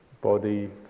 body